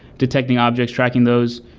detecting objects, tracking those,